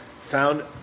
Found